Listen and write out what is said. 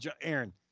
Aaron